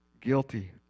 guilty